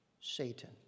Satan